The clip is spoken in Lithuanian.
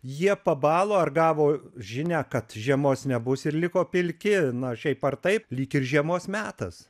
jie pabalo ar gavo žinią kad žiemos nebus ir liko pilki na šiaip ar taip lyg ir žiemos metas